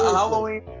halloween